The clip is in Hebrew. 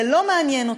זה לא מעניין אותי,